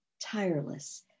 tireless